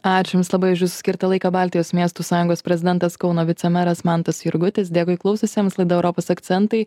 ačiū jums labai už jūsų skirtą laiką baltijos miestų sąjungos prezidentas kauno vicemeras mantas jurgutis dėkui klausiusiems laida europos akcentai